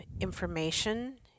information